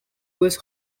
was